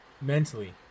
mentally